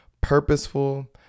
purposeful